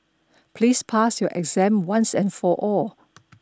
please pass your exam once and for all